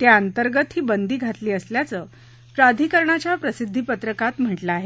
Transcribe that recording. त्या अंतर्गत ही बंदी घातली असल्याचं प्राधिकरणाच्या प्रसिद्धी पत्रकात म्हटलं आहे